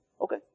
Okay